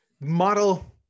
model